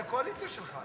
הקואליציה שלך?